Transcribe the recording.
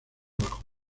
bajo